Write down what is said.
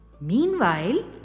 Meanwhile